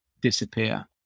disappear